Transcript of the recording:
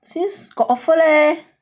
since got offer leh